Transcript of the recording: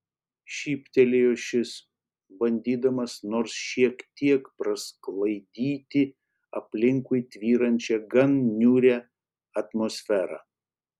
šyptelėjo šis bandydamas nors šiek tiek prasklaidyti aplinkui tvyrančią gan niūrią atmosferą